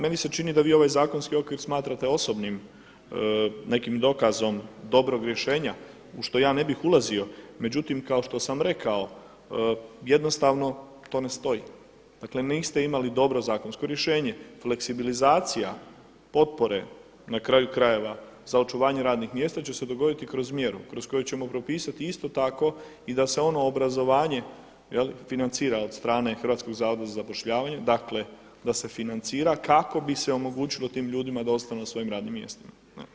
Meni se čini da vi ovaj zakonski okvir smatrate osobnim nekim dokazom dobrog rješenja u što ja ne bih ulazio, međutim kao što sam rekao jednostavno to ne stoji, dakle niste imali dobro zakonsko rješenje, fleksibilizacija potpore na kraju krajeva za očuvanje radnih mjesta će se dogoditi kroz mjeru kroz koju ćemo propisati isto tako i da se ono obrazovanje financira od strane Hrvatskog zavoda za zapošljavanje, dakle da se financira kako bi se omogućilo tim ljudima da ostanu na svojim radnim mjestima.